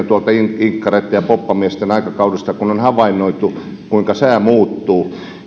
tuolta inkkareitten ja poppamiesten aikakaudesta kun on havainnoitu kuinka sää muuttuu